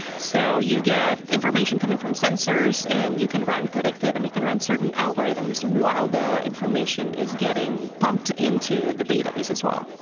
so you get information coming from sensors, and you can run predictive, and you can run certain algorithms while the information is getting pumped into the database as well.